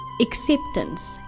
acceptance